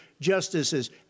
justices